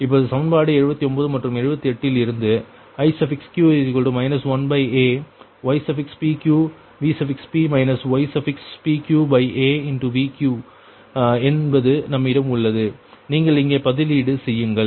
இப்பொழுது சமன்பாடு 79 மற்றும் 78 இல் இருந்து Iq 1aypqVp ypqaVq என்பது நம்மிடம் உள்ளது நீங்கள் இங்கே பதிலீடு செய்யுங்கள்